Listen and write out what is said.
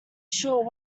sure